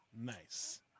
Nice